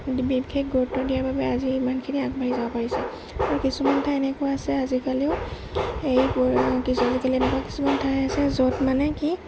B বিশেষ গুৰুত্ব দিয়াৰ বাবে আজি ইমানখিনি আগবাঢ়ি যাব পাৰিছে আৰু কিছুমান ঠাই এনেকুৱা আছে আজিকালিও এই কিছু আজিকালি এনেকুৱা কিছুমান ঠাই আছে য'ত মানে কি